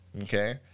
Okay